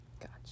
Gotcha